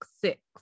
six